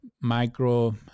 micro